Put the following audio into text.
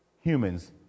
humans